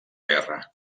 guerra